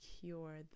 cure